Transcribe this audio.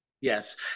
Yes